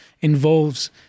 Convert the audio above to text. involves